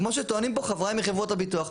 כמו שטוענים פה חבריי מחברות הביטוח,